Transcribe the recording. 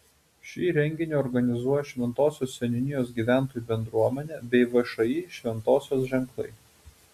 šį renginį organizuoja šventosios seniūnijos gyventojų bendruomenė bei všį šventosios ženklai